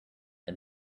and